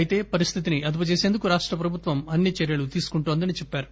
అయితే పరిస్థితిని అదుపు చేసేందుకు రాష్ట ప్రభుత్వం అన్ని చర్యలు తీసుకుంటోందని చెప్పారు